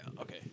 Okay